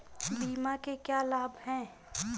बीमा के क्या लाभ हैं?